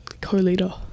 co-leader